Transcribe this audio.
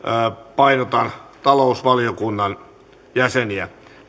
painotan talousvaliokunnan jäseniä